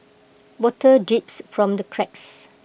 water drips from the cracks